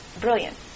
Brilliant